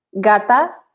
Gata